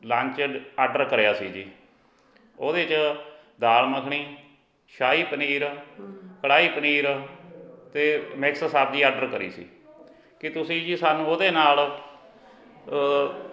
lunch order ਕਰਿਆ ਸੀ ਜੀ ਉਹਦੇ 'ਚ ਦਾਲ ਮੱਖਣੀ ਸ਼ਾਹੀ ਪਨੀਰ ਕੜਾਹੀ ਪਨੀਰ ਅਤੇ ਮਿਕਸ ਸਬਜ਼ੀ ਆਡਰ ਕਰੀ ਸੀ ਕੀ ਤੁਸੀਂ ਜੀ ਸਾਨੂੰ ਉਹਦੇ ਨਾਲ